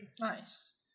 Nice